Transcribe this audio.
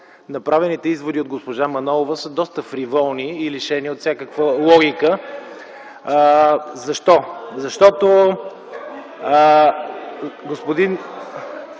направените изводи от госпожа Манолова са доста фриволни и лишени от всякаква логика. Защо? Защото....(Силен